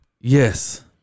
yes